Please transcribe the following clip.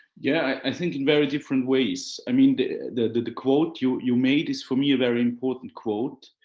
yeah, i think in very different ways. i mean the the quote you you made is for me a very important quote.